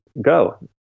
go